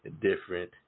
different